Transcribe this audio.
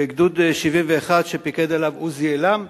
בגדוד 71, שפיקד עליו עוזי עילם.